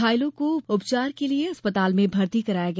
घायलों को उपचार के लिये अस्पताल में भर्ती कराया गया